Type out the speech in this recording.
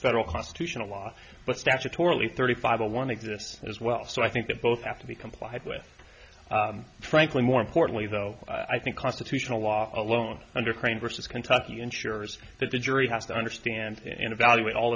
federal constitutional law but statutorily thirty five or one exists as well so i think that both have to be complied with frankly more importantly though i think constitutional law alone undertrained versus kentucky ensures that the jury has to understand in evalu